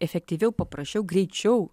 efektyviau paprasčiau greičiau